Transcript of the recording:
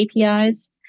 APIs